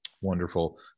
Wonderful